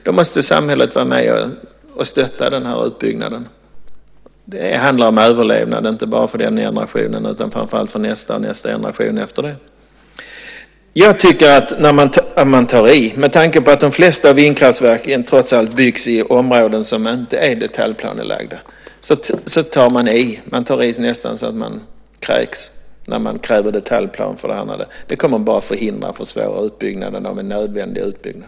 Då måste samhället vara med och stötta utbyggnaden. Det handlar om överlevnad inte bara för denna generation utan för nästa och generationen efter den. De flesta vindkraftverk byggs trots allt i områden som inte är detaljplanelagda. Jag tycker att man tar i nästan så man kräks när man kräver detaljplan. Det kommer bara att förhindra och försvåra en nödvändig utbyggnad.